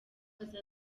aza